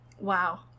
Wow